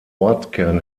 ortskern